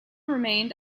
remained